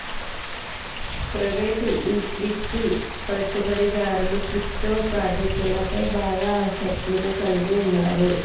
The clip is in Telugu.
ప్రైవేట్ ఈక్విటీ పెట్టుబడిదారులు క్రిప్టో ప్రాజెక్టులపై బాగా ఆసక్తిని కలిగి ఉన్నరు